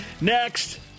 Next